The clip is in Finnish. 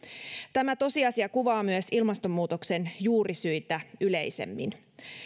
tämä tosiasia kuvaa myös ilmastonmuutoksen juurisyitä yleisemmin